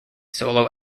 solo